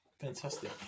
Fantastic